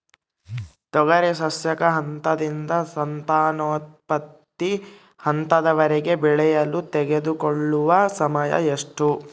ತೊಗರಿ ಸಸ್ಯಕ ಹಂತದಿಂದ ಸಂತಾನೋತ್ಪತ್ತಿ ಹಂತದವರೆಗೆ ಬೆಳೆಯಲು ತೆಗೆದುಕೊಳ್ಳುವ ಸಮಯ ಎಷ್ಟು?